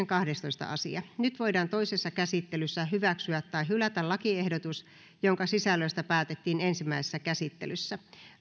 kahdestoista asia nyt voidaan toisessa käsittelyssä hyväksyä tai hylätä lakiehdotus jonka sisällöstä päätettiin ensimmäisessä käsittelyssä